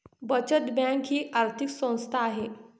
बचत बँक ही आर्थिक संस्था आहे